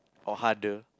or harder